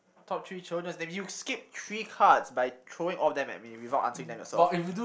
top three children's names you skipped three cards by throwing all of them at me without answering them yourself